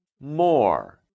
more